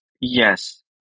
yes